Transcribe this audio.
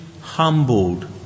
humbled